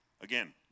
again